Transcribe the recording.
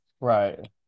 right